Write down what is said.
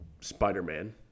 Spider-Man